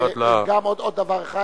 עוד דבר אחד.